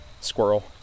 squirrel